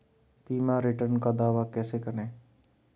बीमा रिटर्न का दावा कैसे करें?